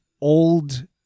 old